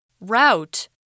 Route